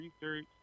research